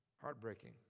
Heartbreaking